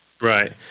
Right